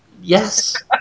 Yes